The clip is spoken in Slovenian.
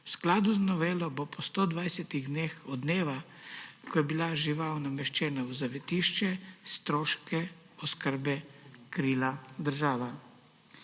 v skladu z novelo po 120 dneh od dneva, ko je bila žival nameščena v zavetišče, stroške oskrbe krila država.